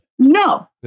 No